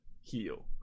Heal